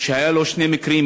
לפני חודש,